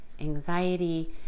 anxiety